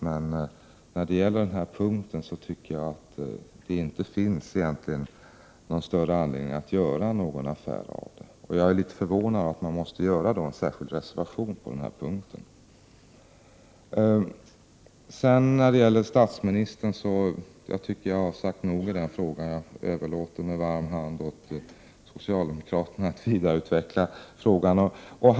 Men när det gäller denna punkt tycker jagatt det egentligen inte finns någon större anledning att göra någon affär av den. Jag är litet förvånad över att man måste göra en särskild reservation på denna punkt. När det gäller statsministern tycker jag att jag har sagt nog i den frågan. Jag överlåter med varm hand åt socialdemokraterna att vidareutveckla frågan.